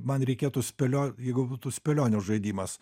man reikėtų spėlio jeigu būtų spėlionių žaidimas